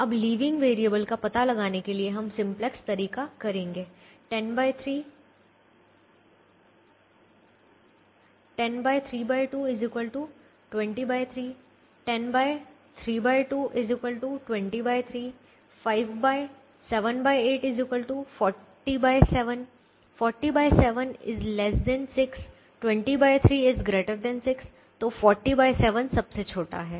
अब leaving variable का पता लगाने के लिए हम सिंपलेक्स तरीका करेंगे 10 32 203 10 32 203 5 78 407 407 6 203 6 तो 407 सबसे छोटा है